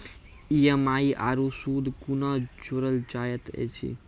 EMI आरू सूद कूना जोड़लऽ जायत ऐछि?